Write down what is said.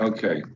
Okay